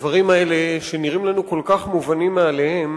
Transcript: הדברים האלה, שנראים לנו כל כך מובנים מאליהם,